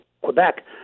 Quebec